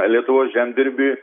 lietuvos žemdirbiui